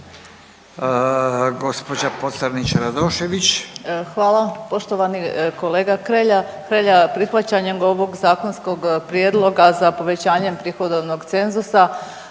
Anita (HDZ)** Hvala. Poštovani kolega Hrelja, prihvaćanjem ovog zakonskog prijedloga za povećanjem prihodovnog cenzusa